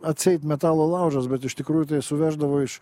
atseit metalo laužas bet iš tikrųjų tai suveždavo iš